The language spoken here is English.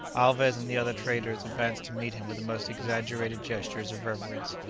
alvez and the other traders advanced to meet him with the most exaggerated gestures of reverence,